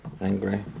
angry